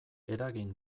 eragin